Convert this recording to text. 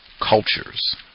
cultures